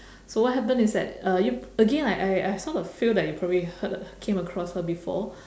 so what happen is that uh you again I I I sort of feel that you probably heard came across her before